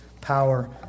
power